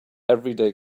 everyday